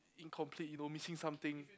incomplete you know missing something